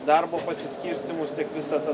darbo pasiskirstymus tiek visą tą